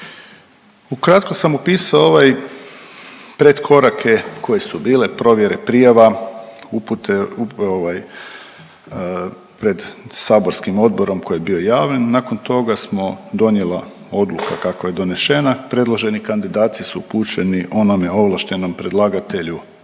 Ukratko sam opisao ovaj pred korake koje su bile, provjere prijava, upute ovaj pred saborskim odborom koji je bio javan, nakon toga smo donijela odluka kakva je donešena, predloženi kandidati su upućeni onome ovlaštenom predlagatelju